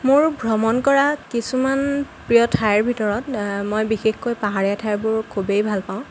মোৰ ভ্ৰমণ কৰা কিছুমান প্ৰিয় ঠাইৰ ভিতৰত মই বিশেষকৈ পাহাৰীয়া ঠাইবোৰ খুবেই ভাল পাওঁ